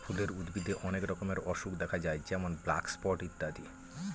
ফুলের উদ্ভিদে অনেক রকমের অসুখ দেখা যায় যেমন ব্ল্যাক স্পট ইত্যাদি